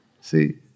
See